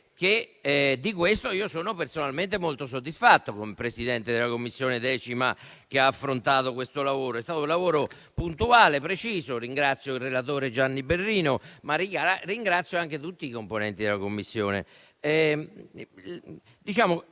di questo io sono personalmente molto soddisfatto come Presidente della 10a Commissione decima che ha affrontato il lavoro. È stato un lavoro puntuale e preciso, e a tal proposito ringrazio il relatore Gianni Berrino, ma anche tutti i componenti della Commissione.